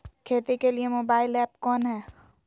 खेती के लिए मोबाइल ऐप कौन है?